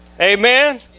Amen